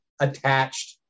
attached